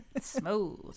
smooth